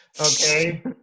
Okay